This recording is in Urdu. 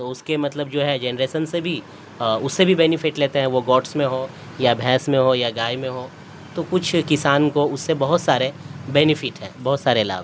تو اس کے مطلب جو ہے جنریسن سے بھی اس سے بھی بینیفٹ لیتے ہیں وہ گوڈس میں ہوں یا بھینس میں ہوں یا گائے میں ہوں تو کچھ کسان کو اس سے بہت سارے بینیفٹ ہیں بہت سارے لابھ